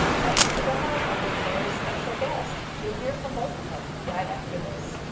thanks to the help of a very special guest. you'll hear from both of them, right after this.